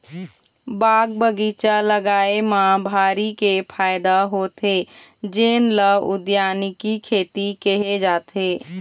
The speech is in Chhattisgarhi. बाग बगीचा लगाए म भारी के फायदा होथे जेन ल उद्यानिकी खेती केहे जाथे